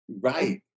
Right